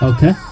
Okay